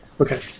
Okay